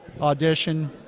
audition